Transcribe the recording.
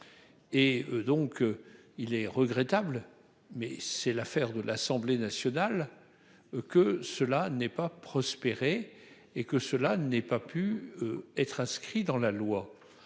Et donc il est regrettable mais c'est l'affaire de l'Assemblée nationale. Que cela n'ait pas prospérer et que cela n'ait pas pu être inscrit dans la loi.